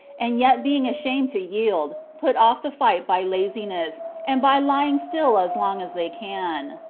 and yet being ashamed to yield, put off the fight by laziness, and by lying still as long as they can.